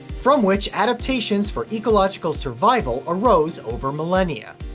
from which adaptations for ecological survival arose over millennia.